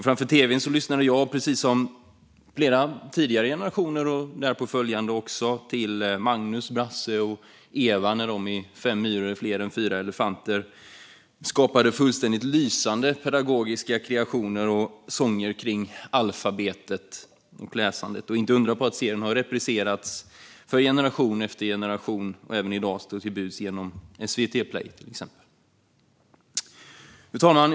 Framför tv:n lyssnade jag, precis som tidigare generationer och därpå följande, till Magnus, Brasse och Eva när de i Fem myror är fler än fyra elefanter skapade fullständigt lysande pedagogiska kreationer och sånger kring alfabetet och läsandet. Inte undra på att serien har repriserats för generation efter generation och även i dag står till buds genom SVT Play. Fru talman!